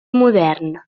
modern